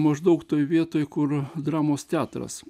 maždaug toj vietoj kur dramos teatras